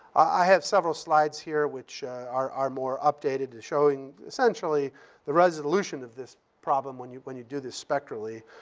i have several slides here, which are are more updated, showing essentially the resolution of this problem when you when you do this spectrally,